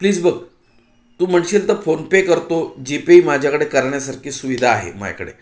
please बघ तू म्हणशील तर फोनपे करतो जीपे ही माझ्याकडे करण्यासारखी सुविधा आहे माझ्याकडे